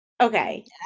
Okay